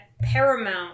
Paramount